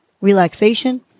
relaxation